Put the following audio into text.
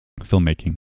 filmmaking